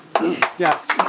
Yes